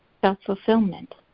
self-fulfillment